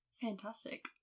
fantastic